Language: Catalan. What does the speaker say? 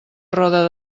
roda